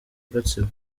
gatsibo